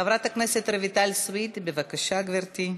חברת הכנסת רויטל סויד, בבקשה, גברתי.